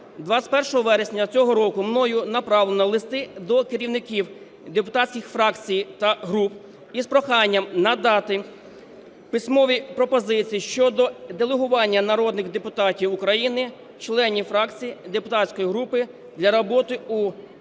21 вересня цього року мною направлено листи до керівників депутатських фракцій та груп із проханням надати письмові пропозиції щодо делегування народних депутатів України членів фракцій, депутатських груп для роботи у